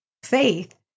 faith